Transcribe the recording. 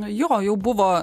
jo jau buvo